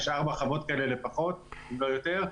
יש ארבע חוות כאלה לפחות, אם לא יותר.